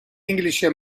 englische